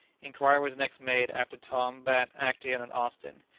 inquiry was next made after tom, bat, actaeon, and austin.